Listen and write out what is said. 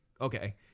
okay